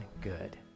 good